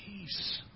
peace